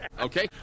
Okay